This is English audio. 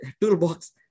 toolbox